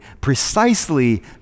precisely